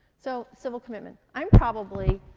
so civil commitment. i'm probably.